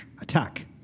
Attack